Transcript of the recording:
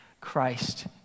Christ